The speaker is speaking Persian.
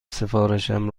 سفارشم